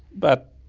but,